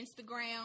Instagram